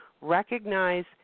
Recognize